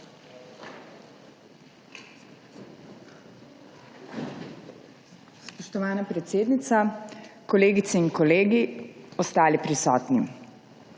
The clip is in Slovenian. Spoštovana predsednica, kolegice in kolegi, ostali prisotni!